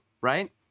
right